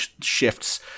shifts